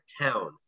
town